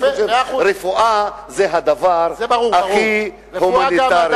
רפואה זה הדבר הכי הומניטרי.